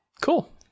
Cool